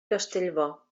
castellbò